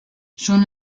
schon